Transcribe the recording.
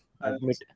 admit